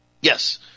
Yes